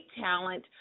talent